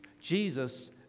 Jesus